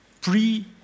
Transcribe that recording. pre